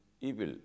evil